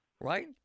right